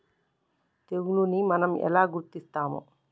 తెగులుని మనం ఎలా గుర్తిస్తాము?